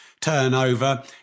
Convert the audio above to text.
turnover